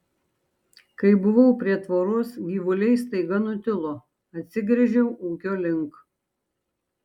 kai buvau prie tvoros gyvuliai staiga nutilo atsigręžiau ūkio link